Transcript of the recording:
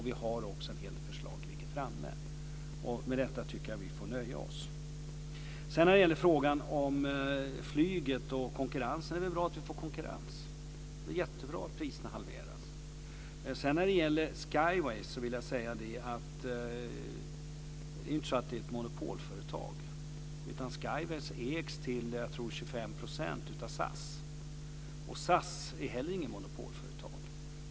Vi har också en hel del förslag som har lagts fram. Med detta tycker jag att vi får nöja oss. Att flyget får konkurrens är väl bra. Det är jättebra att priserna halveras. Om Skyways vill jag säga att det inte är något monopolföretag. Skyways ägs till, tror jag, 25 % av SAS är inte heller något monopolföretag.